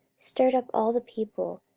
stirred up all the people,